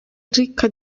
ricca